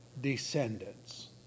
descendants